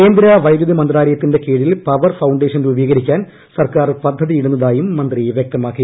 കേന്ദ്ര വൈദ്യുതി മന്ത്രാലയത്തിന്റെ കീഴിൽ പവർ ഫൌണ്ടേഷൻ രൂപീകരിക്കാൻ സർക്കാർ പദ്ധതിയിടുന്നതായും മന്ത്രി വൃക്തമാക്കി